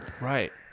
Right